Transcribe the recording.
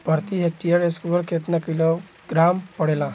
प्रति हेक्टेयर स्फूर केतना किलोग्राम पड़ेला?